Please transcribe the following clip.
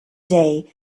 day